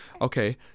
Okay